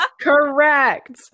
correct